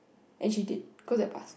and she did cause I passed